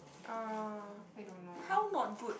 uh how not good